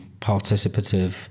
participative